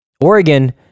Oregon